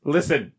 Listen